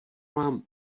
mám